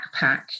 backpack